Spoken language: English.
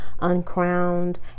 uncrowned